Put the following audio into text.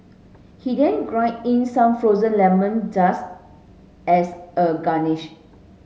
he then grated in some frozen lemon just as a garnish